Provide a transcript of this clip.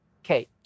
okay